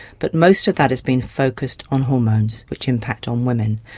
but most of that has been focused on hormones which impact on women.